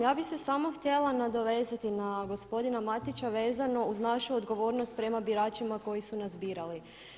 Ja bih se samo htjela nadovezati na gospodina Matića vezano uz našu odgovornost prema biračima koji su nas birali.